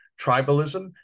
Tribalism